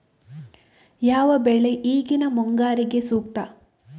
ಯಾವ ಬೆಳೆ ಈಗಿನ ಮುಂಗಾರಿಗೆ ಸೂಕ್ತ?